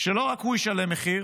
שלא רק הוא ישלם מחיר,